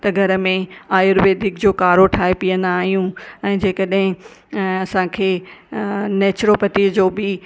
त घर में आयुर्वेदिक जो काढ़ो ठाहे पीअंदा आहियूं ऐं जेकॾहिं अ असांखे अ नेचुरोपैथीअ जो बि